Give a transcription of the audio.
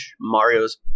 Mario's